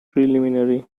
preliminary